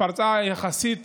פרצה המגפה יחסית